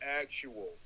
actual